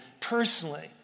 personally